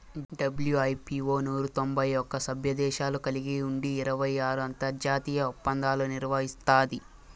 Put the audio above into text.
WIPO నూరు తొంభై ఒక్క సభ్యదేశాలు కలిగి ఉండి ఇరవై ఆరు అంతర్జాతీయ ఒప్పందాలు నిర్వహిస్తాది